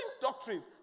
doctrines